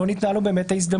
לא ניתנה לו ההזדמנות,